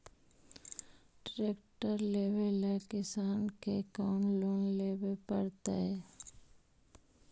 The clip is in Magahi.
ट्रेक्टर लेवेला किसान के कौन लोन लेवे पड़तई?